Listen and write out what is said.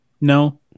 No